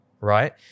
right